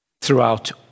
throughout